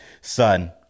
son